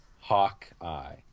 Hawkeye